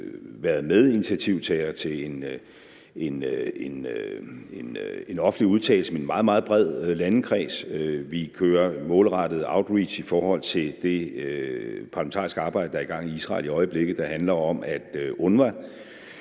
været medinitiativtagere til en offentlig udtalelse, og vi kører en målrettet outreach i forhold til det parlamentariske arbejde, der er i gang i Israel i øjeblikket, og som handler om, at UNRWA